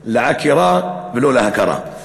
לעקירה, ולא להכרה.